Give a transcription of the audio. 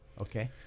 okay